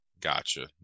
gotcha